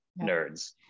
nerds